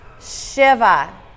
Shiva